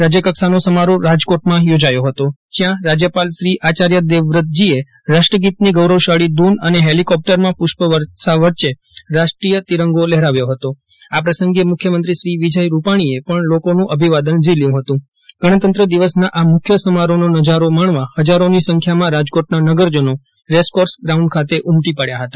રાજ્યકક્ષાનો સમારોહ રાજકોટમાં યોજાયો જ્યાં રાજયપાલશ્રી આચાર્ય દેવવ્રતજી એ રાષ્ટ્રગીતની ગૌરવશાળી ધૂન ૈ ને ફેલિકોપ્ટરમાં પુષ્પવર્ષા વય્યે રાષ્ટ્રીય તિરંગો લહેરાવ્યો આ પ્રસંગે મુખ્ય મંત્રી શ્રી વિજય રૂપાણીએ પણ લોકોનું ભિવાદન ઝીલ્યું હતું ગણતંત્ર દિવસના આ મુખ્ય સમારોહનો નજારો માણવા ફજારોની સંખ્યામાં રંગીલા રાજકોટના નગરજનો રેસકોર્સ ગ્રાઉન્ડ ખાતે ઉમટી પડયા હતા